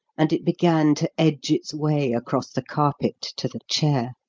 and it began to edge its way across the carpet to the chair.